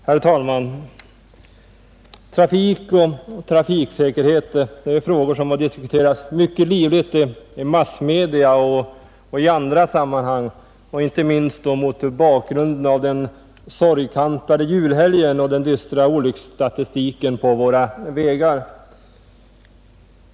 Herr talman! Trafik och trafiksäkerhet är frågor som har diskuterats mycket livligt i massmedia och i andra sammanhang, inte minst mot bakgrund av den sorgkantade julhelgen och den dystra olycksfallsstatistiken på våra vägar.